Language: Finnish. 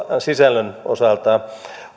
sisällön osalta